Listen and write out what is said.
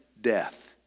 death